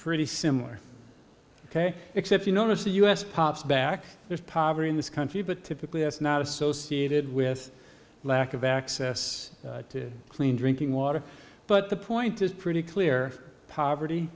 pretty similar ok except you notice the u s pops back there's poverty in this country but typically it's not associated with lack of access to clean drinking water but the point is pretty clear poverty